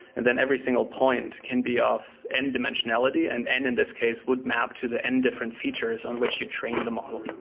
and then every single point can be of n dimensionality, and n in this case would map to the n different features on which you train the model.